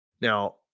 Now